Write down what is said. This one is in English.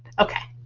okay.